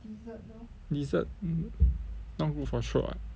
dessert mm not good for throat ah